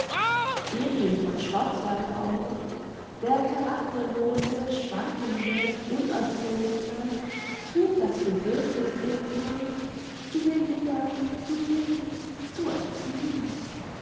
emil von schwarzwaldau der characterlose schwankende unerzogene trug das bedürfniß in sich zu belehren zu bilden zu erziehen